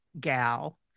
gal